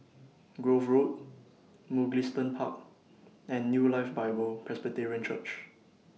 Grove Road Mugliston Park and New Life Bible Presbyterian Church